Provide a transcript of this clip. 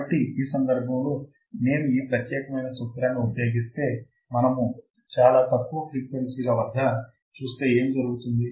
కాబట్టి ఈ సందర్భంలో నేను ఈ ప్రత్యేకమైన సూత్రాన్ని ఉపయోగిస్తే మరియు చాలా తక్కువ ఫ్రీక్వెన్సీల వద్ద చూస్తే ఏమి జరుగుతుంది